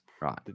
Right